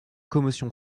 commotion